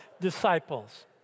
disciples